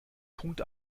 punkt